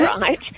right